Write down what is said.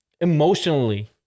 emotionally